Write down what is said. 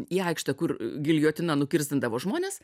į aikštę kur giljotina nukirsdindavo žmones